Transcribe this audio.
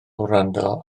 wrando